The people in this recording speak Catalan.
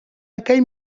aquell